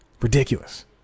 Ridiculous